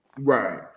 right